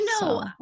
no